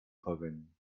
verwenden